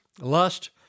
lust